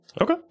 Okay